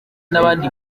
n’abandi